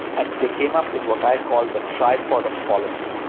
and they came up with what i call the tripod of policy.